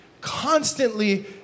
constantly